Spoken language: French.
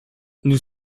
nous